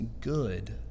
good